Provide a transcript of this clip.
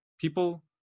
people